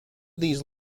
these